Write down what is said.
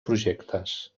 projectes